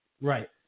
Right